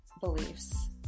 beliefs